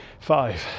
Five